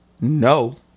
no